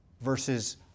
versus